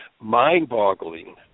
mind-boggling